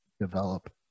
develop